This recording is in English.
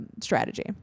strategy